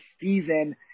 season